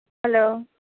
hello